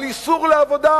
על איסור לעבודה,